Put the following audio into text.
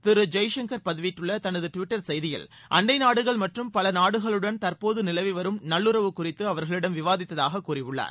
திரு ஜெய்சங்கர் பதிவிட்டுள்ள தனது டுவிட்டர் செய்தியில் அண்டை நாடுகள் மற்றும் பல நாடுகளுடன் தற்போது நிலவி வரும் நல்லுறவு குறித்து அவர்களிடம் விவாதித்தாக கூறியுள்ளார்